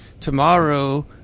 tomorrow